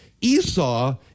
Esau